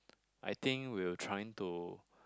I think we were trying to